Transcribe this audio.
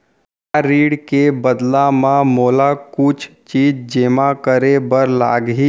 का ऋण के बदला म मोला कुछ चीज जेमा करे बर लागही?